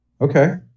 Okay